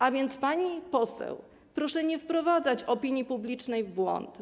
A więc, pani poseł, proszę nie wprowadzać opinii publicznej w błąd.